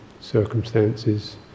circumstances